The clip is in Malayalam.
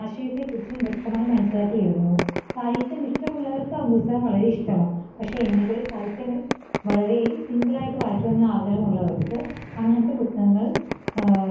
ആശയത്തെക്കുറിച്ചും വ്യക്തമായി മനസ്സിലാക്കിയിരുന്നു സാഹിത്യം ഇഷ്ടമുള്ളവര്ക്ക് ആ പുസ്തകം വളരെ ഇഷ്ടമാണ് പക്ഷെ എന്നെപ്പോലെ സാഹിത്യം വളരെ സിമ്പിളായിട്ട് വായിക്കണമെന്ന് ആഗ്രഹമുള്ളവര്ക്ക് അങ്ങനത്തെ പുസ്തകങ്ങള്